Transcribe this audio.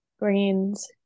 greens